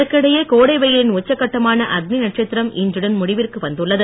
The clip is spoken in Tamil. இதற்கிடையே கோடை வெயிலின் உச்சகட்டமான அக்னி நட்சத்திரம் இன்றுடன் முடிவிற்கு வந்துள்ளது